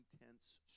intense